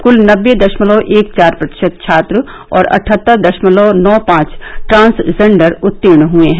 क्ल नबे दशमलव एक चार प्रतिशत छात्र और अठहत्तर दशमलव नौ पांच ट्रांसजेंडर उर्त्तीण हुए हैं